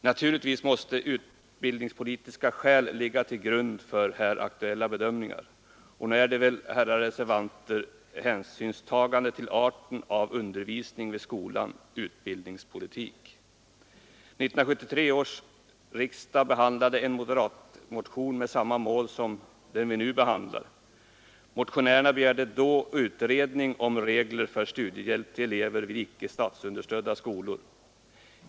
Naturligtvis måste utbildningspolitiska skäl ligga till grund för här aktuella bedömningar, och nog är väl, herrar reservanter, hänsynstaganden till arten av undervisning vid skolan utbildningspolitik. 1973 års riksdag behandlade en moderat motion med samma målsättning som den vi nu diskuterar. Motionärerna begärde då utredning om regler för studiehjälp till elever vid de statsunderstödda skolorna.